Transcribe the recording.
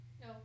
no